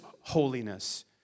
holiness